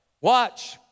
Watch